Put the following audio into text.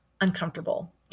uncomfortable